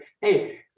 Hey